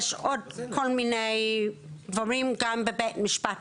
ויש עוד כל מיני דברים גם בבית משפט.